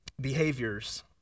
behaviors